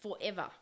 forever